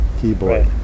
keyboard